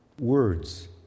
words